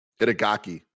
Itagaki